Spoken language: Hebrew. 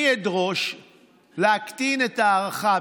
אני אדרוש להקטין את ההארכה,